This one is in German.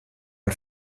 ein